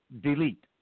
delete